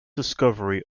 discovery